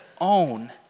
own